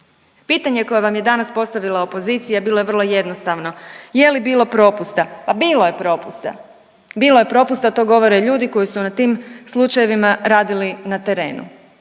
Pitanje koje vam je danas postavila opozicija bilo je vrlo jednostavno, je li bilo propusta? Pa bilo je propusta, bilo je propusta to govore ljudi koji su na tim slučajevima radili na terenu